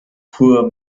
poor